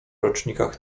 rocznikach